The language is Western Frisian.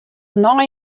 nei